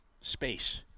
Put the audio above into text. space